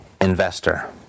investor